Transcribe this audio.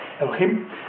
Elohim